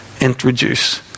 introduce